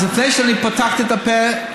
אז לפני שפתחתי את הפה,